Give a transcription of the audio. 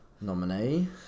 nominee